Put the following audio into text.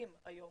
ניזוקים היום